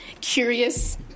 curious